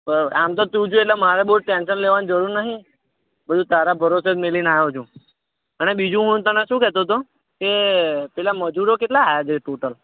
બરાબર આમ તો તું છું એટલે મારે બહુ ટેન્સન લેવાની જરૂર નથી બધું તારા ભરોસે જ મેલી ને આવ્યો છું અને બીજું હું તને શું કહેતો તો કે પેલા મજૂરો કેટલા આવ્યા છે ટોટલ